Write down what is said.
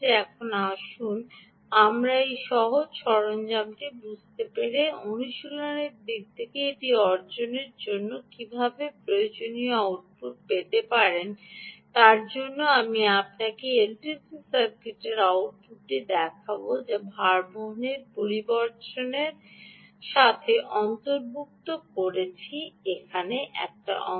এখন আসুন আমরা এই সহজ সরঞ্জামটি বুঝতে পেরে দেখি যে অনুশীলনের দিক থেকে এটি অর্জনের জন্য আপনি কীভাবে প্রয়োজনীয় আউটপুটটি পেতে পারেন তার জন্য আমি আপনাকে এলটিসি সার্কিটের আউটপুটটি দেখাব যা আমি ভারবহন পর্যবেক্ষণের সাথে অন্তর্ভুক্ত করেছি এখানে অংশ